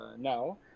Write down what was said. now